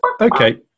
okay